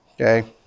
Okay